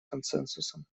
консенсусом